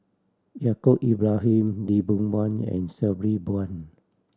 Yaacob Ibrahim Lee Boon Wang and Sabri Buang